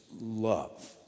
love